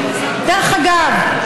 דרך אגב,